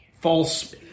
false